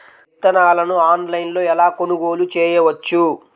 విత్తనాలను ఆన్లైనులో ఎలా కొనుగోలు చేయవచ్చు?